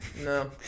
No